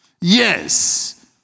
Yes